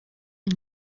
une